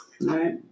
right